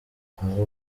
aho